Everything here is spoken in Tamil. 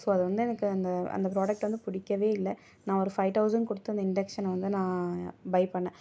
ஸோ அது வந்து எனக்கு அந்த அந்த ப்ராடக்ட் வந்து பிடிக்கவே இல்லை நான் ஒரு ஃபைவ் தொளசன்ட் கொடுத்து அந்த இண்டக்ஷனை வந்து நான் பை பண்ணேன்